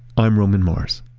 i'm roman mars